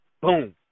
Boom